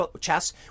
chess